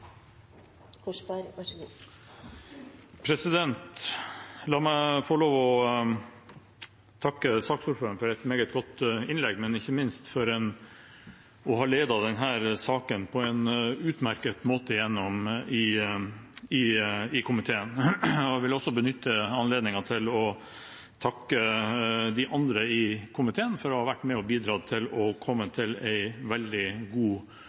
er i så måte et veldig godt verktøy. La meg få lov å takke saksordføreren for et meget godt innlegg, og ikke minst for å ha ledet denne saken på en utmerket måte i komiteen. Jeg vil også benytte anledningen til å takke de andre i komiteen for å ha vært med og bidratt til å komme fram til en veldig god